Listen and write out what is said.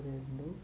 ఇరవై రెండు